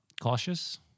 cautious